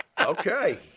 Okay